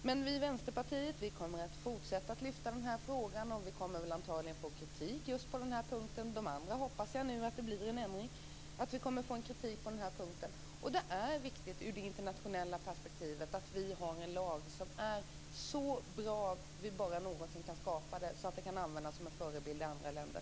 Men vi i Vänsterpartiet kommer att fortsätta att lyfta fram den här frågan. Vi kommer antagligen att få kritik på just den här punkten. De andra punkterna hoppas jag att det nu blir ändring på. Det är viktigt ur det internationella perspektivet att vi har en lag som är så bra som vi någonsin kan skapa den, så att den kan användas som förebild i andra länder.